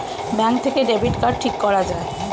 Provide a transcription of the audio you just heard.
bank থেকে debit card ঠিক করা যায়